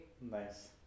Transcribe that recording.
Nice